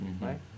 right